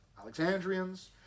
Alexandrians